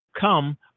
come